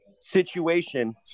situation